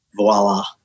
Voila